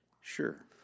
Sure